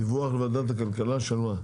דיווח ועדת הכלכלה של מה?